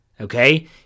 okay